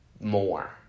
more